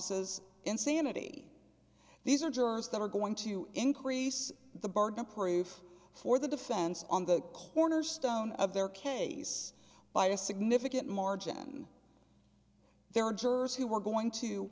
's insanity these are jurors that are going to increase the burden of proof for the defense on the cornerstone of their case by a significant margin there are jurors who were going to